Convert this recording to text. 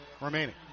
remaining